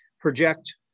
project